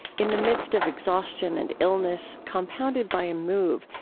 in the midst of exhaustion and illness, compounded by a move,